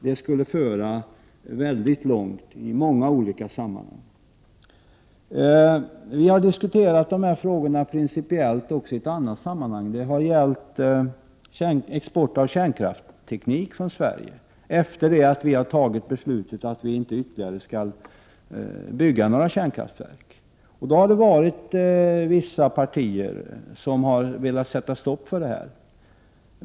Det skulle föra mycket långt i många olika sammanhang. Vi har diskuterat de här frågorna principiellt också i ett annat sammanhang — det har gällt export av kärnkraftsteknik från Sverige efter det att vi har fattat beslutet att vi inte skall bygga några ytterligare kärnkraftverk. Vissa partier har velat sätta stopp för den exporten.